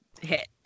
hit